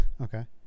okay